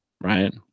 right